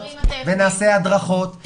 הדרכות,